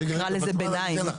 נקרא לזה ביניים.